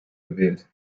gewählt